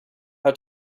how